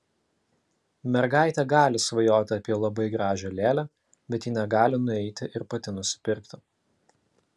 mergaitė gali svajoti apie labai gražią lėlę bet ji negali nueiti ir pati nusipirkti